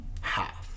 half